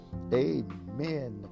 Amen